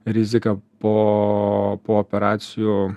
rizika po po operacijų